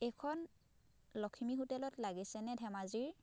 এইখন লখিমী হোটেলত লাগিছে নে ধেমাজিৰ